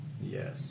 Yes